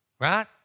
Right